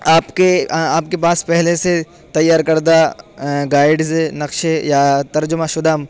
آپ کے آپ کے پاس پہلے سے تیار کردہ گائیڈز نقشے یا ترجمہ شدہ